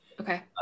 Okay